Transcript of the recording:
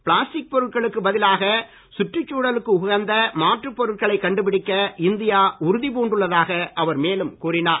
plastic பொருட்களுக்கு பதிலாக சுற்றுச்சூழலுக்கு உகந்த மாற்றுப் பொருட்களை கண்டுபிடிக்க இந்தியா உறுதி பூண்டு உள்ளதாக அவர் மேலும் கூறினார்